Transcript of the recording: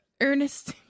Ernest